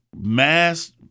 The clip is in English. mass